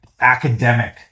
academic